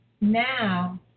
now